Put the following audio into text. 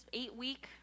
eight-week